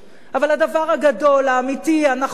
אבל הדבר הגדול, האמיתי, הנכון,